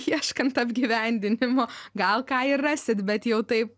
ieškant apgyvendinimo gal ką ir rasit bet jau taip